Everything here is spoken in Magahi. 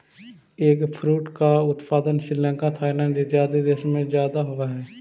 एगफ्रूट का उत्पादन श्रीलंका थाईलैंड इत्यादि देशों में ज्यादा होवअ हई